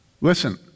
listen